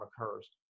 occurs